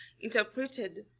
interpreted